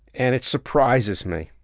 and it surprises me.